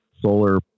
solar